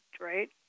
right